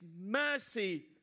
mercy